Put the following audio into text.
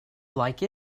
like